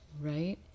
right